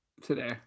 today